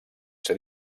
ser